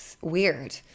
Weird